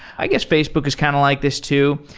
i guess facebook is kind of like this too.